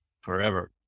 forever